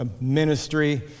ministry